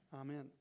Amen